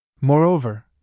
Moreover